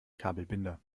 kabelbinder